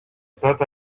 stat